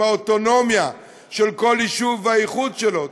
עם האוטונומיה של כל יישוב והייחוד שלו.